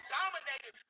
dominated